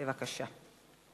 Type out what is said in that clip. בבקשה.